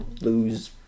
lose